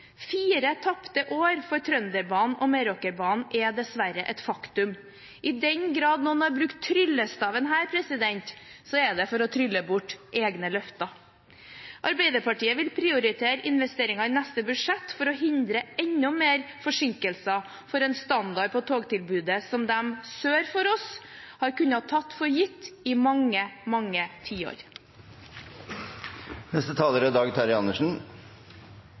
Fire tapte år for Trønderbanen og Meråkerbanen er dessverre et faktum. I den grad noen har brukt tryllestaven her, er det for å trylle bort egne løfter. Arbeiderpartiet vil prioritere investeringer i neste budsjett for å hindre enda større forsinkelse av en standard på togtilbudet som de sør for oss har kunnet ta for gitt i mange, mange tiår.